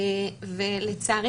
ולצערי,